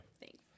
Thanks